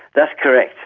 that's correct.